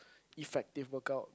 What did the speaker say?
effective workout